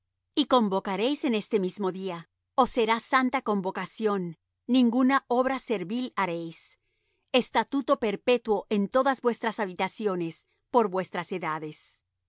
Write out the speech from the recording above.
y convocaréis en este mismo día os será santa convocación ninguna obra servil haréis estatuto perpetuo en todas vuestras habitaciones por vuestras edades